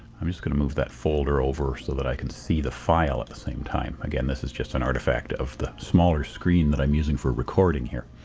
i'm just going to move that folder over so that i can see the file at the same time. again this is just an artefact of the smaller screen that i'm using for recording here.